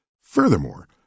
Furthermore